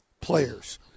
players